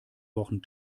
wochen